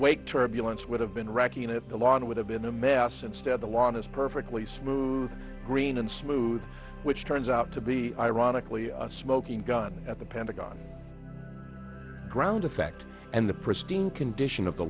wake turbulence would have been racking it the lawn would have been a mess instead the lawn is perfectly smooth green and smooth which turns out to be ironically a smoking gun at the pentagon ground effect and the pristine condition of the